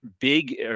big